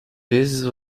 vezes